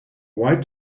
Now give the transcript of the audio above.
white